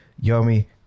yummy